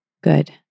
good